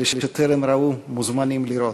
אלה שטרם ראו מוזמנים לראות.